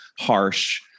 harsh